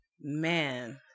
Man